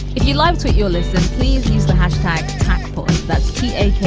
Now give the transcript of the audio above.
if you love, tweet your listeners, please use the hashtag tankful. that's t and